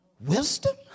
wisdom